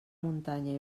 muntanya